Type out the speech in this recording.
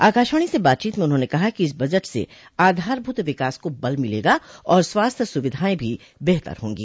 आकाशवाणी से बातचीत में उन्होंने कहा कि इस बजट से आधारभूत विकास को बल मिलेगा और स्वास्थ्य सूविधाएं भी बेहतर होंगी